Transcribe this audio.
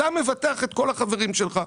אתה מבטח את כל החברים שלך.